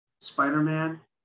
Spider-Man